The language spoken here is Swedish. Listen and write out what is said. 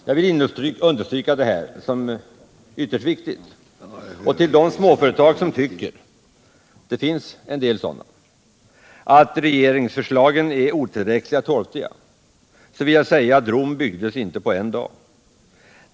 Jag vill understryka detta som ytterst viktigt och till de småföretagare som tycker — det finns en del sådana — att regeringsförslagen är otillräckliga och torftiga säga att Rom byggdes inte på en dag.